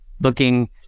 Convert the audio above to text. looking